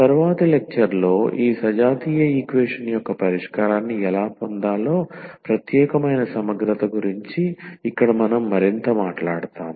తరువాతి లెక్చర్ లో ఈ సజాతీయ ఈక్వేషన్ యొక్క పరిష్కారాన్ని ఎలా పొందాలో ప్రత్యేకమైన సమగ్రత గురించి ఇక్కడ మనం మరింత మాట్లాడతాము